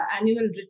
annual